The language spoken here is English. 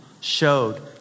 showed